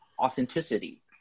authenticity